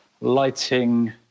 lighting